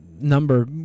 number